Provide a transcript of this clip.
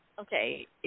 okay